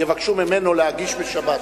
יבקשו ממנו לשדר בשבת.